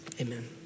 amen